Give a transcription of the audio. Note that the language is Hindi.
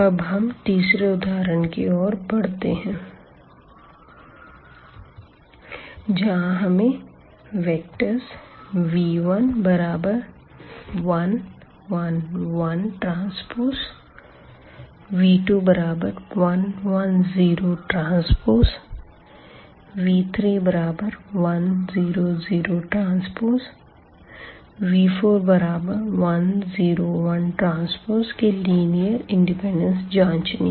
अब हम तीसरे उदाहरण की ओर बढ़ते हैं जहां हमें वेक्टर्ज़ v1111Tv2110Tv3100Tv4101T की लीनियर इंडिपेंडेंस जाँचनी है